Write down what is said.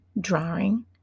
drawing